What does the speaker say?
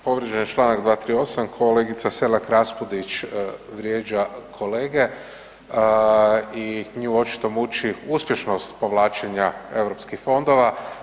Povrijeđen je čl. 238., kolegica Selak Raspudić vrijeđa kolege i nju očito muči uspješnost povlačenja europskih fondova.